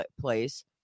place